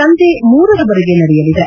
ಸಂಜೆ ಮೂರರವರೆಗೆ ನಡೆಯಲಿದೆ